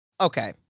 okay